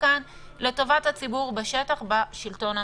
כאן לטובת הציבור בשטח בשלטון המקומי.